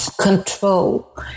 control